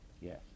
yes